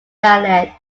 dialect